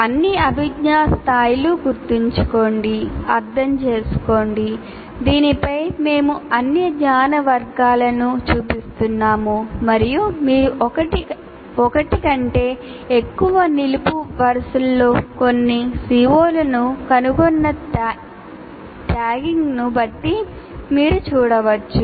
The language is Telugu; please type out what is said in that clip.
అన్ని అభిజ్ఞా స్థాయిలు గుర్తుంచుకోండి అర్థం చేసుకోండి దీనిపై మేము అన్ని జ్ఞాన వర్గాలను చూపిస్తున్నాము మరియు మీరు ఒకటి కంటే ఎక్కువ నిలువు వరుసలలో కొన్ని CO లను కనుగొన్న ట్యాగింగ్ను బట్టి మీరు చూడవచ్చు